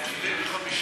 80 זה מבוגר.